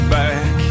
back